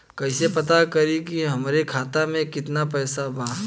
कइसे पता करि कि हमरे खाता मे कितना पैसा बा?